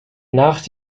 nach